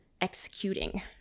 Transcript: executing